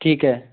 ठीक है